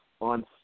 on